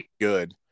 good